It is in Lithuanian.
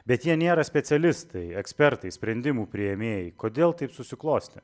bet jie nėra specialistai ekspertai sprendimų priėmėjai kodėl taip susiklostė